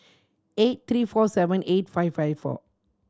eight three four seven eight five five four